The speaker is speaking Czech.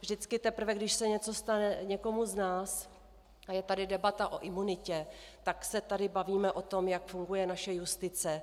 Vždycky teprve, když se něco stane někomu z nás a je tady debata o imunitě, tak se tady bavíme o tom, jak funguje naše justice.